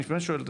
אני באמת שואל,